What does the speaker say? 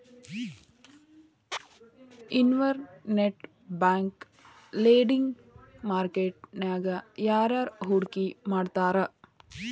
Internet bank lending market ನ್ಯಾಗ ಯಾರ್ಯಾರ್ ಹೂಡ್ಕಿ ಮಾಡ್ತಾರ?